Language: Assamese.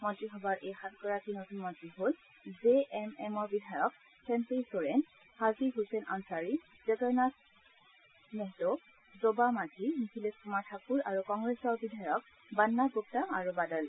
মন্ত্ৰীসভাৰ এই সাতগৰাকী নতুন মন্ত্ৰী হল জে এম এমৰ বিধায়ক চম্পাই চোৰেন হাজী হুছেইন আনচাৰী জগৰনাথ মাহতো জোবা মাঝি মিথিলেশ কুমাৰ ঠাকুৰ আৰু কংগ্ৰেছৰ বিধায়ক বান্না গুপ্তা আৰু বাদল